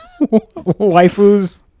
Waifus